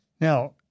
Now